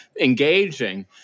engaging